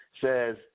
says